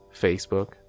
Facebook